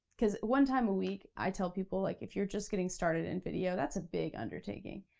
cause one time a week, i tell people, like if you're just getting started in video, that's a big undertaking.